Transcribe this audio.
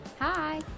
Hi